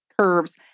curves